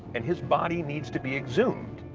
and his body needs to be exhumed.